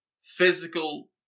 physical